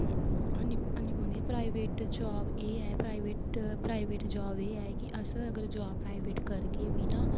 है नी पौंदियां प्राईवेट जाॅव ऐ प्राइवेट जाॅव ऐ है कि अस अगर जाॅव प्राईवेट करगे बी ना